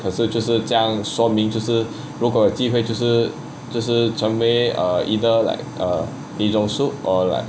可是就是将说明就是如果有机会就是就是成为:ke shi jiu shi jiangang shuo ming jiu shi ru guo you ji hui jiu shi jiu shi cheng wei err either like err lee jong suk or like